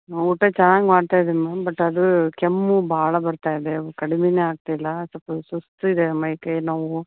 ಊಟ ಚೆನ್ನಾಗಿ ಮಾಡ್ತಾಯಿದೀನಿ ಮ್ಯಾಮ್ ಬಟ್ ಅದು ಕೆಮ್ಮು ಭಾಳ ಬರ್ತಾ ಇದೆ ಕಡ್ಮೆಯೇ ಆಗ್ತಿಲ್ಲ ಸ್ವಲ್ಪ ಸುಸ್ತು ಇದೆ ಮೈಕೈ ನೋವು